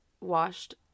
washed